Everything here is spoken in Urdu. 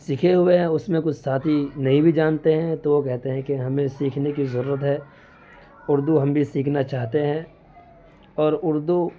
سیکھے ہوئے ہیں اس میں کچھ ساتھی نہیں بھی جانتے ہیں تو وہ کہتے ہیں کہ ہمیں سیکھنے کی ضرورت ہے اردو ہم بھی سیکھنا چاہتے ہیں اور اردو